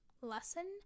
Lesson